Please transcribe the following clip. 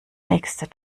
nächste